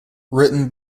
written